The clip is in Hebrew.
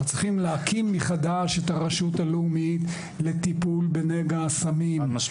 אנחנו צריכים להקים מחדש את הרשות הלאומית לטיפול בנגע הסמים.